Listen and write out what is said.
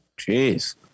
Jeez